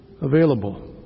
available